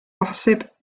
posib